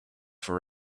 for